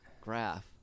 graph